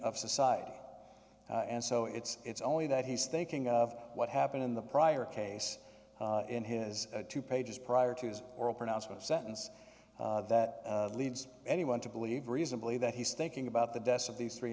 of society and so it's it's only that he's thinking of what happened in the prior case in his two pages prior to his oral pronouncement sentence that leads anyone to believe reasonably that he's thinking about the deaths of these three